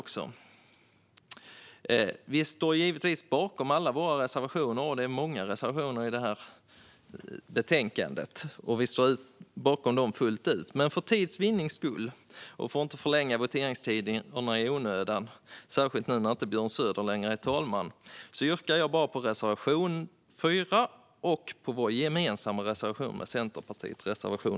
Vi står givetvis bakom alla våra reservationer, och det är många i det här betänkandet. Vi står bakom dem fullt ut, men för tids vinnande och för att inte förlänga voteringstiden i onödan - särskilt nu när Björn Söder inte längre är talman - yrkar jag bifall bara till vår reservation 4 och till reservation 8, som vi har gemensamt med Centerpartiet.